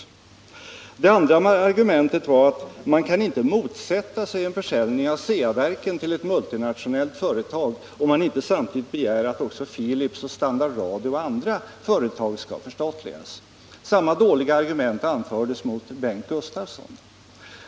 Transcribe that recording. Handelsministern sade i anslutning till mitt andra argument att man inte kan motsätta sig en försäljning av Ceaverken till ett multinationellt företag, om man inte samtidigt begär att Philips, Standard Radio och andra företag skall förstatligas. Samma dåliga argumentation anfördes mot Bengt Gustavsson.